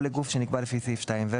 או לגוף שנקבע לפי סעיף 2(ו),